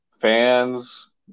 fans